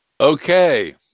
Okay